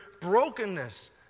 brokenness